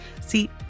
See